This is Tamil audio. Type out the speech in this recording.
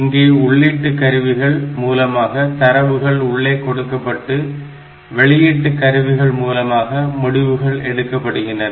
இங்கே உள்ளீட்டு கருவிகள் மூலமாக தரவுகள் உள்ளே கொடுக்கப்பட்டு வெளியீட்டு கருவிகள் மூலமாக முடிவுகள் எடுக்கப்படுகின்றன